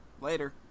later